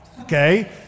okay